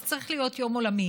זה צריך להיות יום עולמי